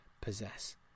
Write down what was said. possess